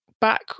back